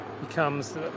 becomes